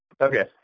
Okay